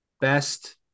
best